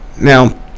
now